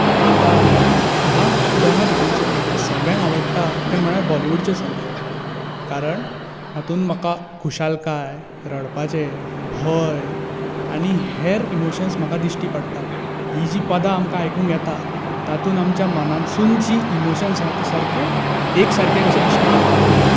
आतां ह्या दोनां भितरसून म्हाका सगळ्यांत आवडटा तें म्हणल्यार बॉलीवुडचें संगीत कारण हातूंत म्हाका खुशालकाय रडपाचे भंय आनी हेर इमोशन्स म्हाका दिश्टी पडटात हीं जीं पदां आमकां आयकूंक येता तातूंत आमच्या मनांतसून जी इमोशन्स आसात ते सारके एकसारके कशे दिश्टी पडटा